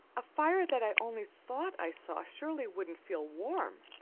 a fire that i only thought i saw surely wouldn't feel warm,